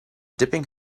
dipping